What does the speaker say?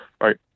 Right